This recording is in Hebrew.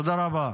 תודה רבה.